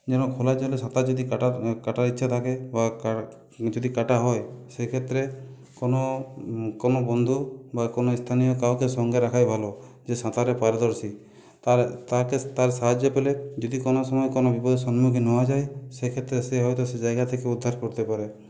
যেন খোলা জলে সাঁতার যদি কাটা কাটার ইচ্ছা থাকে বা কা যদি কাটা হয় সেই ক্ষেত্রে কোনো কোনো বন্ধু বা কোনো স্থানীয় কাউকে সঙ্গে রাখাই ভালো যে সাঁতারে পারদর্শী তার তাকে তার সাহায্য পেলে যদি কোনো সময় কোনো বিপদের সম্মুখীন হওয়া যায় সেক্ষেত্রে সে হয়তো সে জায়গা থেকেও উদ্ধার করতে পারে